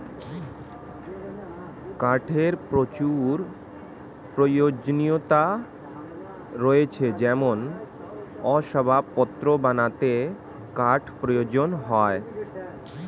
কাঠের প্রচুর প্রয়োজনীয়তা রয়েছে যেমন আসবাবপত্র বানাতে কাঠ প্রয়োজন হয়